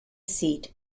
seat